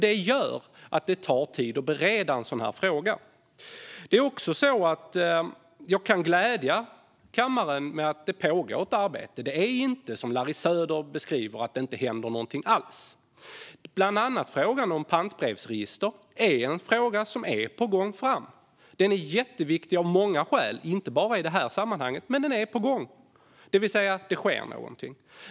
Det gör att det tar tid att bereda en sådan här fråga. Jag kan glädja kammaren med att det pågår ett arbete. Det är inte som Larry Söder beskriver, att det inte händer någonting alls. Bland annat frågan om pantbrevsregister är på gång framåt. Den är jätteviktig av många skäl, inte bara i det här sammanhanget, och den är på gång. Det sker alltså någonting.